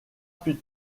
plus